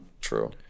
True